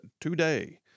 today